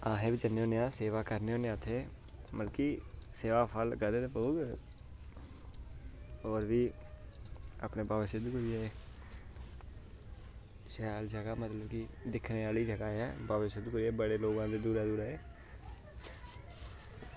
अस बी जन्ने होन्ने उत्थै सेवा करने होन्ने मतलब कि सेवा दा फल होर फ्ही अपने बाबा सिद्ध गौरिया दे शैल जगह मतलब कि दिक्खने आह्ली जगह ऐ बाबा सिद्ध गौरिया इत्थै बड़े लोग आंदे दूरा दूरा दे